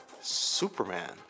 Superman